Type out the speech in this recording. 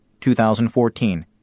2014